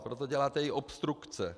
Proto děláte i obstrukce.